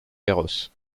garros